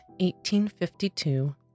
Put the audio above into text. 1852